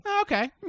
okay